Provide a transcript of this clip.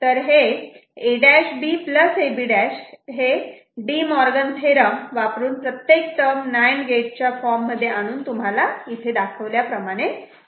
तर हे A'B AB' De Morgan theorem वापरून प्रत्येक टर्म नांड गेट च्या फॉर्ममध्ये आणून तुम्हाला हे इथे दाखवल्याप्रमाणे मिळते